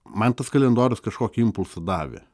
man tas kalendorius kažkokį impulsą davė